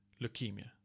leukemia